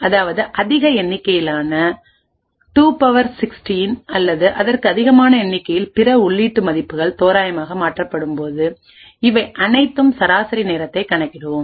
அதாவது அதிக எண்ணிக்கையிலான 2 16 அல்லது அதற்கும் அதிகமான எண்ணிக்கையில்பிற உள்ளீட்டு மதிப்புகள் தோராயமாக மாறுபடும் போது இவை அனைத்துக்கும் சராசரி நேரத்தை கணக்கிடுவோம்